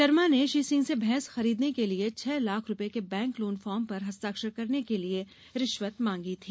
शर्मा ने श्री सिंह से भैंस खरीदने के लिए छह लाख रुपये के बैंक लोन फार्म पर हस्ताक्षर करने के लिए रिश्वत मांगी थी